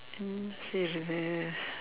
என்ன செய்யுறது:enna seyyurathu